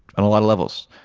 on a lot of levels.